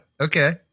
Okay